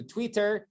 Twitter